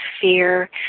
fear